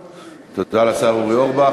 תודה לשר אורי אורבך.